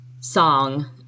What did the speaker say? song